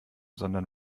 sondern